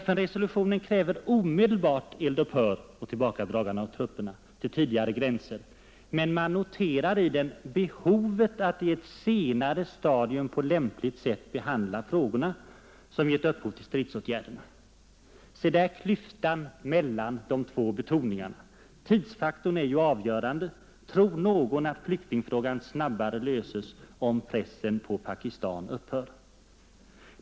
FN-resolutionen kräver omedelbart eld-upphör och tillbakadragande av trupperna till tidigare gränser, men där noteras också ”behovet av att i ett senare stadium på lämpligt sätt behandla de frågor som givit upphov till stridsåtgärderna. Se där klyftan mellan de två betoningarna! Tidsfaktorn är ju avgörande. Tror någon att flyktingfrågan löses snabbare, om pressen på Pakistan upphör?